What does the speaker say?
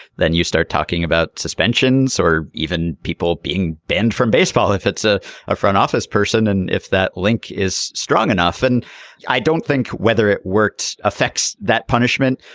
then you start talking about suspensions or even people being banned from baseball if it's a front office person and if that link is strong enough and i don't think whether it worked affects that punishment.